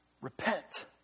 Repent